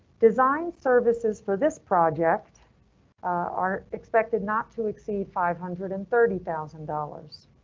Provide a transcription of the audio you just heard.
design services for this project are expected not to exceed five hundred and thirty thousand dollars.